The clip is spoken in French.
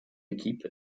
équipe